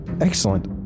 Excellent